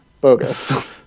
bogus